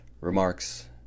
remarks